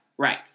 Right